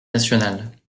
nationale